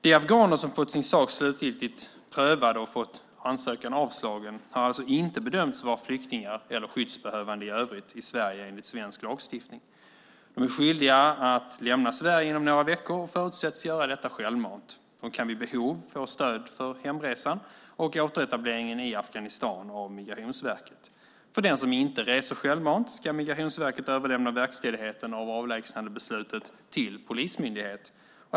De afghaner som fått sin sak slutgiltigt prövad och fått ansökan avslagen har alltså inte bedömts vara flyktingar eller skyddsbehövande i övrigt i Sverige enligt svensk lagstiftning. De är skyldiga att lämna Sverige inom några veckor och förutsätts göra detta självmant. De kan vid behov få stöd för hemresan och återetableringen i Afghanistan av Migrationsverket. För den som inte reser självmant ska Migrationsverket överlämna verkställigheten av avlägsnandebeslutet till polismyndighet.